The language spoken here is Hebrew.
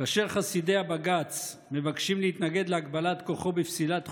כאשר חסידי הבג"ץ מבקשים להתנגד להגבלת כוחו בפסילת חוקים,